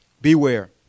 beware